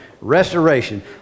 restoration